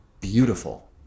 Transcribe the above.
beautiful